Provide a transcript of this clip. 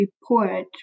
report